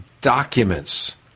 documents